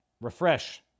refresh